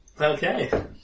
okay